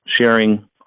sharing